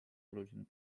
olulisem